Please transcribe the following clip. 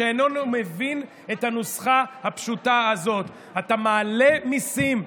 שאיננו מבין את הנוסחה הפשוטה הזאת: אתה מעלה מיסים,